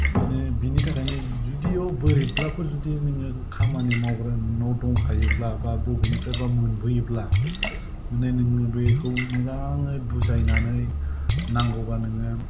माने बेनि थाखायनो जुदि बोरैब्लाफोर जुदि नोङो खामानि मावग्रा नोंनाव दंखायोब्ला एबा बबेनिफ्रायबा मोनबोयोब्ला माने नोङो बेखौ मोजाङै बुजायनानै नांगौबा नोङो